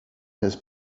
his